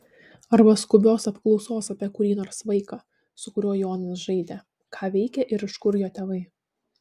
arba skubios apklausos apie kurį nors vaiką su kuriuo jonas žaidė ką veikia ir iš kur jo tėvai